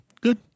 Good